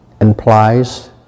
implies